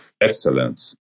excellence